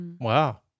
Wow